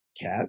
cat